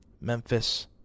Memphis